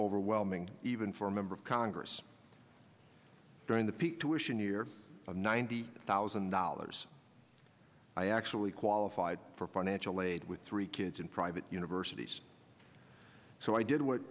overwhelming even for a member of congress during the peak to ition year of ninety thousand dollars i actually qualified for financial aid with three kids in private universities so i did what